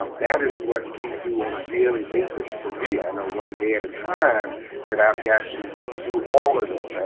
um that is what we do on a daily basis for me and the one day at a time that i've got to do all of those.